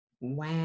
Wow